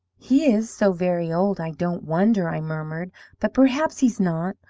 he is so very old, i don't wonder i murmured but perhaps he's not.